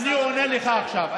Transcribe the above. אני עונה לך עכשיו.